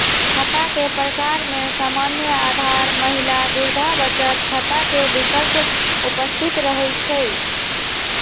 खता के प्रकार में सामान्य, आधार, महिला, वृद्धा बचत खता के विकल्प उपस्थित रहै छइ